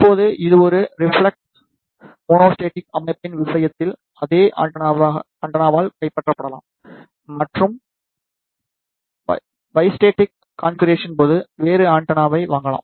இப்போது இது ஒரு ரெபிலெக்ட் மோனோஸ்டேடிக் அமைப்பின் விஷயத்தில் அதே ஆண்டெனாவால் கைப்பற்றப்படலாம் மற்றும் பைஸ்டேடிக் கண்பிகுராசன் போது வேறு ஆண்டெனாவை வாங்கலாம்